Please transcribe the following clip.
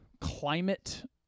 climate